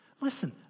Listen